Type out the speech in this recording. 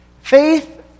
Faith